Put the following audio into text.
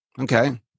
Okay